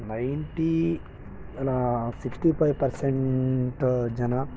ninety sixty five percent ಜನ